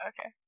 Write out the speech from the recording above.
Okay